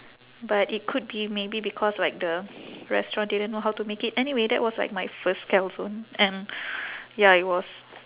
but it could be maybe because like the restaurant didn't know how to make it anyway that was like my first calzone and ya it was